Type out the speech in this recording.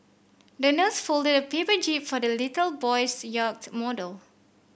the nurse folded a paper jib for the little boy's yacht model